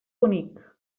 bonic